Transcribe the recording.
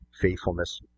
faithfulness